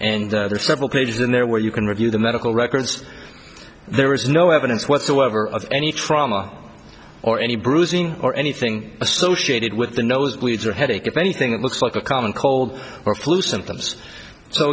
and there are several pages in there where you can review the medical records there is no evidence whatsoever of any trauma or any bruising or anything associated with the nose bleeds or headache if anything that looks like a common cold or flu symptoms so